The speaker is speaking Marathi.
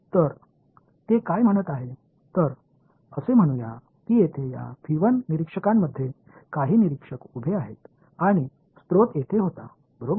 तर ते काय म्हणत आहे तर असे म्हणूया की येथे या निरीक्षकामध्ये काही निरीक्षक उभे आहेत आणि स्रोत येथे होता बरोबर